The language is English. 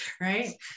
Right